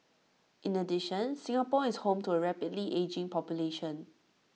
in addition Singapore is home to A rapidly ageing population